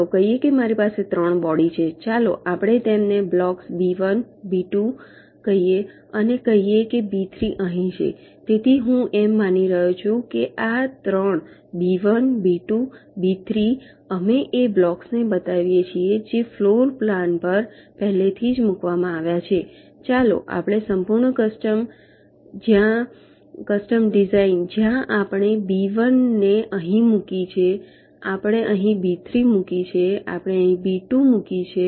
ચાલો કહીએ કે મારી પાસે ત્રણ બોડી છે ચાલો આપણે તેમને બ્લોક્સ બી 1 બી 2 કહીએ અને કહીએ કે બી 3 અહીં છે તેથી હું એમ માની રહ્યો છું કે આ ત્રણ બી 1 બી 2 બી 3 અમે એ બ્લોક્સને બતાવીએ છીએ જે ફ્લોરપ્લાન પર પહેલેથી જ મૂકવામાં આવ્યા છે ચાલો આપણે સંપૂર્ણ કસ્ટમ ડિઝાઇન જ્યાં આપણે બી 1 અહીં મૂકી છે આપણે અહીં બી 3 મૂકી છે આપણે અહીં બી 2 મૂકી છે